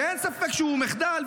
שאין ספק שהוא מחדל,